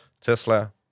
Tesla